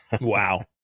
Wow